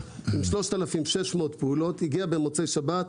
3,600 פעולות,